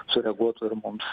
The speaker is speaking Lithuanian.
sureaguotų ir mums